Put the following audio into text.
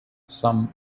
some